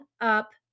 up